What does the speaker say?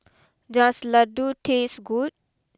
does Ladoo taste good